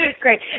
Great